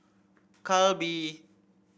calbee